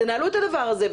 תנהלו את הדבר הזה,